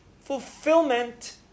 Fulfillment